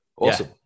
Awesome